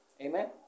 Amen